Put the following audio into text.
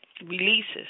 releases